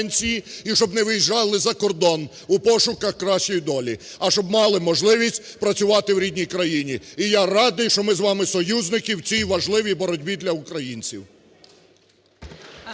і щоб не виїжджали за кордон у пошуках кращої долі, а щоб мали можливість працювати у рідній країні. І я радий, що ми з вами союзники в цій важливій боротьбі для українців.